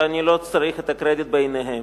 ואני לא צריך את הקרדיט בעיניהם.